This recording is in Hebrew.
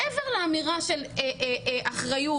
מעבר לאמירה של אחריות,